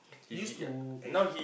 he used to act ah